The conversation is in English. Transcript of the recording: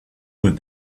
with